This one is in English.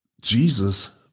Jesus